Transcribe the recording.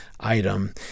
Item